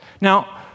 Now